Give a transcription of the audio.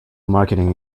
marketing